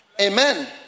Amen